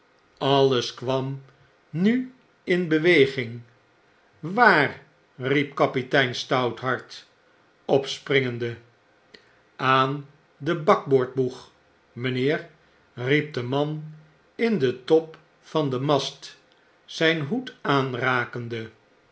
alles kwam nu in beweging waar riep kapitein stouthart opspringende aan den bakboord boeg mynheer riep de man in den top van den mast zfln hoed aanrakende